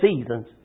seasons